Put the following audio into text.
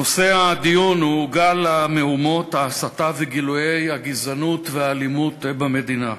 נושא הדיון הוא גל המהומות וההסתה וגילויי הגזענות והאלימות במדינה,